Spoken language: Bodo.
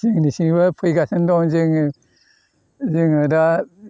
जोंनिसिमबो फैगासिनो दं जोङो जोङो दा